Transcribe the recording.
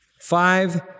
five